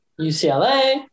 ucla